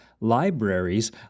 libraries